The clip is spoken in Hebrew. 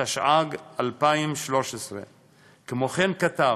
התשע"ג 2013. כמו כן כתב